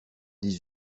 dix